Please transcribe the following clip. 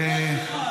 לך תלמד.